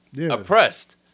oppressed